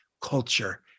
culture